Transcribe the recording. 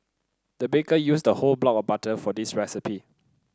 the baker used a whole block of butter for this recipe